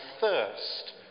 thirst